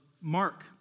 Mark